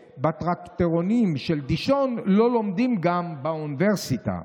בטרקטורונים של דישון לא לומדים גם באוניברסיטה".